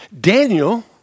Daniel